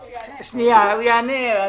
הוא יענה.